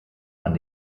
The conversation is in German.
man